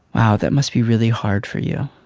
wow that must be really hard for you.